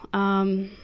um,